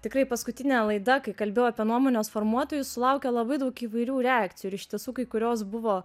tikrai paskutinė laida kai kalbėjau apie nuomonės formuotojus sulaukė labai daug įvairių reakcijų ir iš tiesų kai kurios buvo